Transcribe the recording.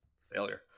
Failure